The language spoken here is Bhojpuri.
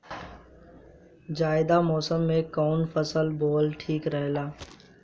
जायद मौसम में कउन फसल बोअल ठीक रहेला?